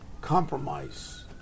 compromise